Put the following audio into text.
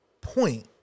point